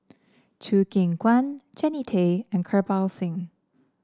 Choo Keng Kwang Jannie Tay and Kirpal Singh